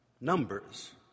Numbers